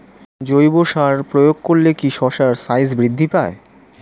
জৈব সার প্রয়োগ করলে কি শশার সাইজ বৃদ্ধি পায়?